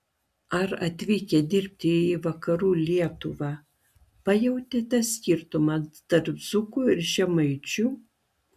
ar atvykęs dirbti į vakarų lietuvą pajautėte skirtumą tarp dzūkų ir žemaičių